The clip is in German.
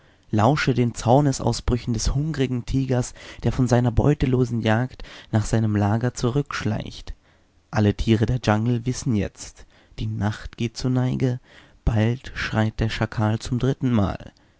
lausche den zornesausbrüchen des hungrigen tigers der von einer beutelosen jagd nach seinem lager zurückschleicht alle tiere der dschangeln wissen jetzt die nacht geht zur neige bald schreit der schakal zum drittenmal